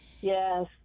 Yes